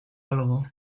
algo